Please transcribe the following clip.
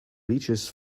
reaches